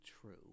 true